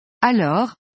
Alors